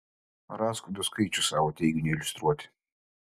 rask du skaičius savo teiginiui iliustruoti